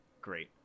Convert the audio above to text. Great